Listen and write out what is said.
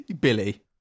Billy